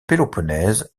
péloponnèse